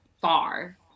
far